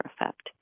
effect